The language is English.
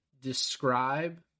describe